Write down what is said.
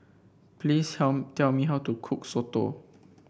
please tell tell me how to cook soto